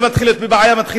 אתה מתחיל לצעוק.